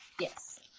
yes